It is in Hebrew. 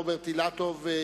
רוברט אילטוב,